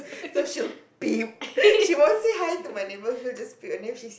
cause she'll beep she won't say hi to my neighbours she'll just beep and then